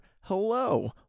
hello